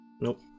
Nope